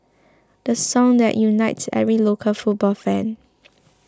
the song that unites every local football fan